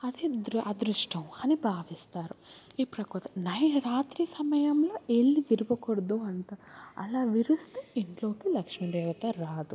అది దుర్ అదృష్టం అని భావిస్తారు ఈ నయ్ రాత్రి సమయంలో వేళ్ళు విరవకూడదు అని అంటారు అలా విరుస్తే ఇంట్లోకి లక్ష్మి దేవత రాదు